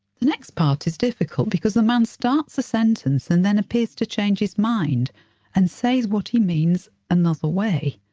the next sentence is difficult, because the man starts a sentence, and then appears to change his mind and says what he means another way.